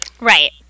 Right